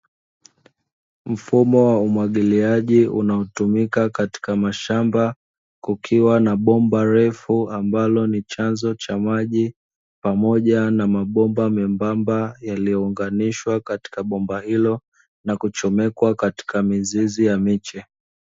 Mfumo wa umwagiliaji unaotumika katika mashamba, kukiwa na bomba refu ambalo ni chanzo cha maji, pamoja na mabomba membamba yaliyounganishwa katika bomba hilo, na kuchomekwa katika mizizi ya miche.